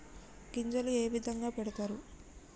గింజలు ఏ విధంగా పెడతారు?